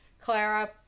Clara